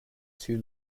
two